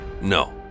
No